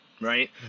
right